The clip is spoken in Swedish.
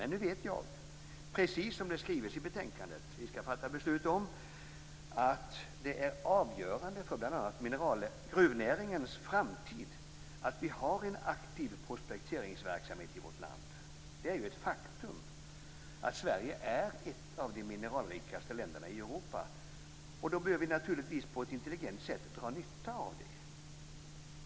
Nu vet jag, precis som det skrivs i det betänkande vi skall fatta beslut om, att det är avgörande för bl.a. gruvnäringens framtid att vi har en aktiv prospekteringsverksamhet i vårt land. Det är ett faktum att Sverige är ett av de mineralrikaste länderna i Europa, och då bör vi naturligtvis på ett intelligent sätt dra nytta av det.